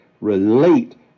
relate